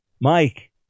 Mike